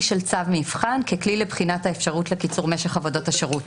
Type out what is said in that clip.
של צו מבחן ככלי לבחינת האפשרות לקיצור משך עבודות השירות